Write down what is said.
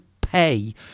pay